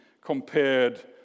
compared